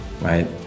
right